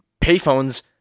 payphones